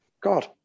God